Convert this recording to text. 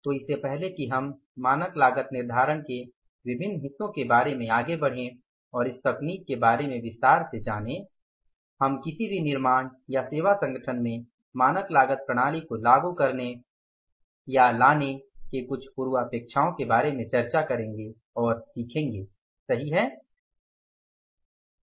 तो इससे पहले कि हम मानक लागत के विभिन्न हिस्सों के बारे में आगे बढ़ें और इस तकनीक के बारे में विस्तार से जानें हम किसी भी निर्माण या सेवा संगठन में मानक लागत प्रणाली को लागू करने या लाने के कुछ पूर्वापेक्षाओं के बारे में चर्चा करेंगे और सीखेंगे सही है